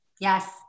Yes